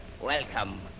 Welcome